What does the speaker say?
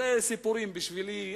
אלה סיפורים בשבילי.